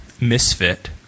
misfit